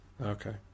Okay